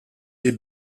est